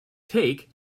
take